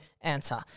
answer